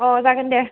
अ जागोन दे